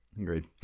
Agreed